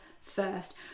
first